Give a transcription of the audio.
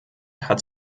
hat